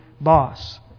boss